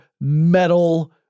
metal